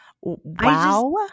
Wow